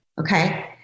okay